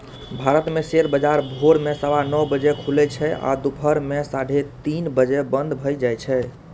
भारत मे शेयर बाजार भोर मे सवा नौ बजे खुलै छै आ दुपहर मे साढ़े तीन बजे बंद भए जाए छै